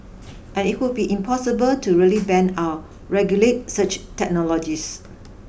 and it would be impossible to really ban or regulate such technologies